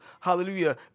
hallelujah